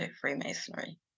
Freemasonry